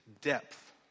depth